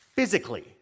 Physically